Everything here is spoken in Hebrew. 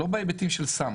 לא בהיבטים של סם.